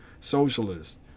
socialist